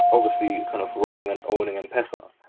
obviously, kind of running and owning m-pesa,